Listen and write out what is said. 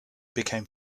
became